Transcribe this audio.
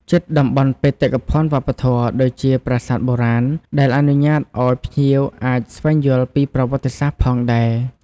ជិតតំបន់បេតិកភណ្ឌវប្បធម៌ ដូចជាប្រាសាទបុរាណ ដែលអនុញ្ញាតឲ្យភ្ញៀវអាចស្វែងយល់ពីប្រវត្តិសាស្ត្រផងដែរ។